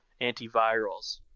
antivirals